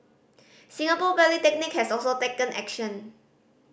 Singapore Polytechnic has also taken action